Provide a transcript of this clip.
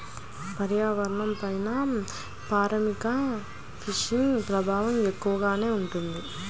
పర్యావరణంపైన పారిశ్రామిక ఫిషింగ్ ప్రభావం ఎక్కువగానే ఉంటుంది